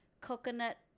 coconut